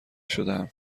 شدهام